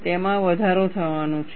તેમાં વધારો થવાનો છે